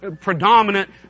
predominant